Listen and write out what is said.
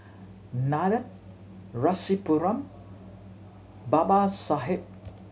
Nandan Rasipuram Babasaheb